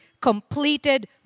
completed